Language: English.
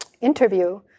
interview